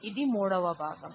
ఇది 3 వ భాగం